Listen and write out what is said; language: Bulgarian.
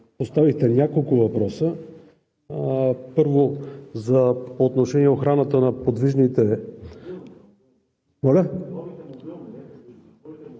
поставихте няколко въпроса. Първо, по отношение на охраната на подвижните…